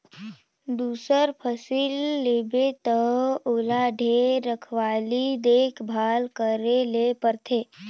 दूसर फसिल लेबे त ओला ढेरे रखवाली देख भाल करे ले परथे